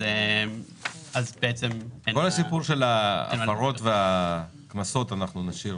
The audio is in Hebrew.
כל הסיפור של ההפרות והקנסות, אנחנו נשאיר